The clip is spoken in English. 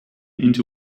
into